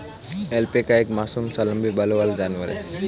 alpaca एक मासूम सा लम्बे बालों वाला जानवर है